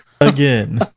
Again